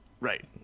Right